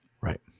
Right